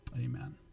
Amen